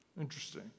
Interesting